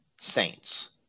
saints